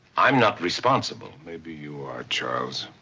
i'm not responsible. maybe you are, charles.